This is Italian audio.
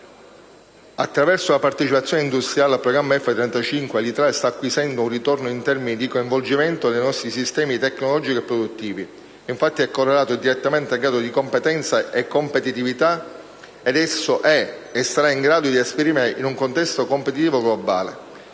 Attraverso la partecipazione industriale al programma F-35, l'Italia sta acquisendo un ritorno in termini di coinvolgimento del nostro sistema tecnologico e produttivo, correlato direttamente al grado di competenza e competitività che esso è e sarà in grado di esprimere in un contesto competitivo globale.